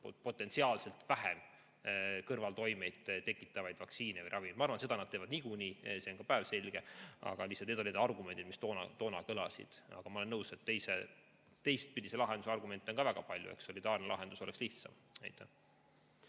potentsiaalselt vähem kõrvaltoimeid tekitavaid vaktsiine või ravimeid. Ma arvan, et seda nad teevad niikuinii, see on päevselge. Aga need olid argumendid, mis toona kõlasid. Ent ma olen nõus, et teistpidise lahenduse argumente on ka väga palju. Eks solidaarne lahendus oleks lihtsam. Aitäh!